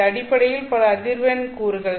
இது அடிப்படையில் பல அதிர்வெண் கூறுகள்